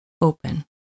open